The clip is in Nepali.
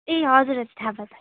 ए हजुर हजुर थाहा पाएँ थाहा पाएँ